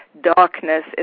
darkness